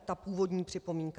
Ta původní připomínka.